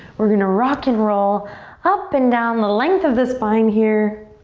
we're gonna rock and roll up and down the length of the spine here.